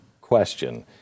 question